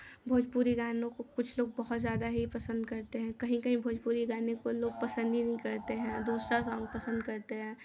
भोजपुरी गानों को कुछ लोग बहुत ज़्यादा ही पसंद करते हैं कहीं कहीं भोजपुरी गाने को लोग पसंद ही नहीं करते हैं दूसरा सॉन्ग पसंद करते हैं